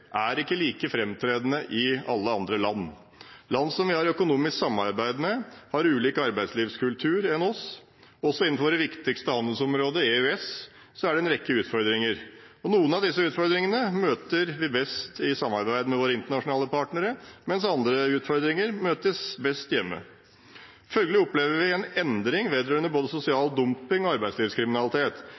er ikke like framtredende i alle andre land. Land som vi har økonomisk samarbeid med, har en annen arbeidslivskultur enn oss. Også innenfor vårt viktigste handelsområde – EØS – er det en rekke utfordringer. Noen av disse utfordringene møter vi best i samarbeid med våre internasjonale partnere, mens andre utfordringer møter vi best hjemme. Følgelig opplever vi en endring vedrørende både sosial dumping og arbeidslivskriminalitet.